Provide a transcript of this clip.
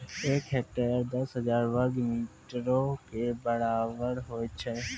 एक हेक्टेयर, दस हजार वर्ग मीटरो के बराबर होय छै